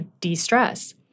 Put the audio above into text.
de-stress